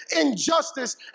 injustice